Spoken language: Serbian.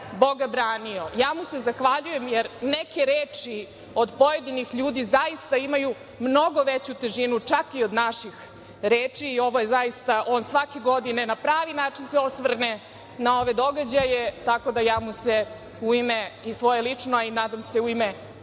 Boga branio.“Ja mu se zahvaljujem jer neke reči od pojedinih ljudi zaista imaju mnogo veću težinu, čak i od naših reči. Ovo je zaista, on svake godine na pravi način se osvrne na ove događaje, tako da ja mu se u ime i svoje lično, a i nadam se u ime